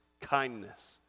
kindness